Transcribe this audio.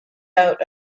out